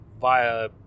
via